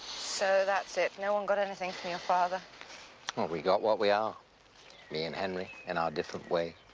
so that's it. no one got anything from your father. well we got what we are me and henry in our different way.